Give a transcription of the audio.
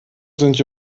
sind